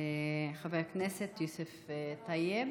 חבר הכנסת יוסף טייב.